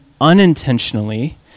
unintentionally